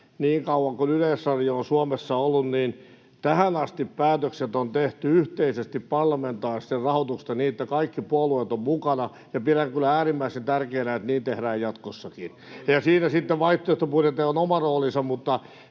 niin kauan kuin Yleisradio on Suomessa ollut, niin tähän asti päätökset on tehty yhteisesti, parlamentaarisesti, rahoituksesta niin, että kaikki puolueet ovat mukana, ja pidän kyllä äärimmäisen tärkeänä, että niin tehdään jatkossakin. [Jukka Gustafsson: Loistavaa!] Siinä sitten vaihtoehtobudjeteilla on oma roolinsa,